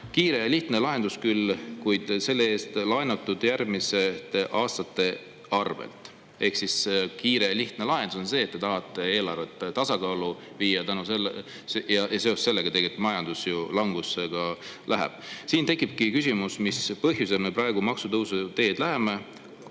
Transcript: kiire ja lihtne lahendus küll, kuid selle eest laenatud järgmiste aastate arvelt." Ehk siis kiire ja lihtne lahendus on see, et te tahate eelarvet tasakaalu viia, ja seoses sellega tegelikult ka majandus langusesse läheb. "Siin tekibki küsimus, mis põhjusel me praegu maksutõusude teed läheme,